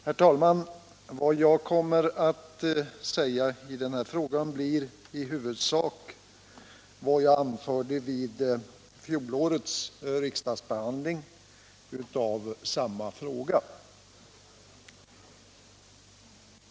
Herr talman! Vad jag kommer att säga i den här debatten blir i huvudsak det jag anförde vid fjolårets riksdagsbehandling av samma fråga.